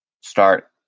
start